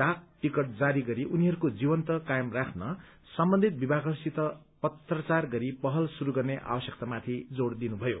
डाक टिकट जारी गरी उनीहरूको जीवन्त कायम राख्न सम्बन्धीत विभागहरूसित पत्राचार गरी पहल शुरू गर्ने आवश्यकता माथि जोड़ दिनुभयो